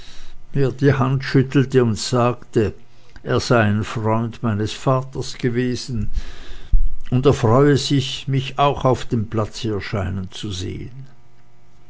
die hand schüttelte und sagte er sei ein freund meines vaters gewesen und er freue sich mich auch auf dem platze erscheinen zu sehen